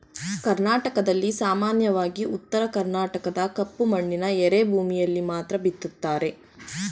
ಕರ್ನಾಟಕದಲ್ಲಿ ಸಾಮಾನ್ಯವಾಗಿ ಉತ್ತರ ಕರ್ಣಾಟಕದ ಕಪ್ಪು ಮಣ್ಣಿನ ಎರೆಭೂಮಿಯಲ್ಲಿ ಮಾತ್ರ ಬಿತ್ತುತ್ತಾರೆ